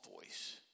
voice